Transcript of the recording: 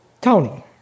Tony